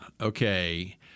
Okay